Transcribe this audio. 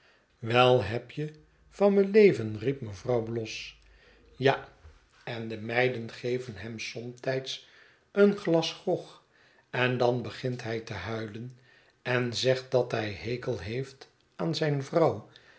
wei heb je van men leven riep mevrouw bloss ja en de meiden geven hem somtijds een glas grog en dan begint hij te huilen en zegt dat hij een hekel heeft aan zijn vrouw